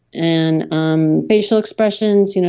and um facial expressions, you know